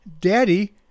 Daddy